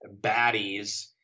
baddies